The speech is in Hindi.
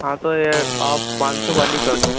हाँ तो यह आप पाँच सौ वाली कर दो